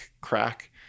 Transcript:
crack